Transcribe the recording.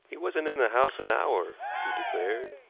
he wasn't in the house an hour, he declared,